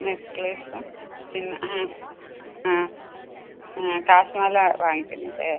നെക്ലേസും പിന്നെ ആ ആ ആ കാശി മാല വാങ്ങിക്കുന്നില്ലേ